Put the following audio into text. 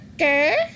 okay